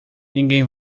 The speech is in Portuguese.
ninguém